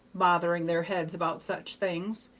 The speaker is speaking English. bothering their heads about such things,